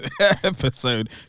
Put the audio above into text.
episode